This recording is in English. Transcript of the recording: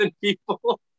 people